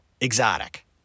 Exotic